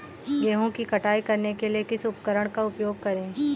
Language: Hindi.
गेहूँ की कटाई करने के लिए किस उपकरण का उपयोग करें?